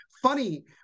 Funny